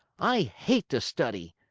i hate to study!